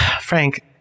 Frank